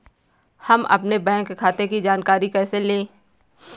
हम अपने बैंक खाते की जानकारी कैसे लें?